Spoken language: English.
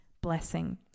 blessing